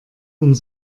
und